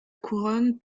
couronne